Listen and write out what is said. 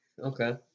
Okay